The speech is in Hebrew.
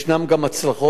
ישנן גם הצלחות.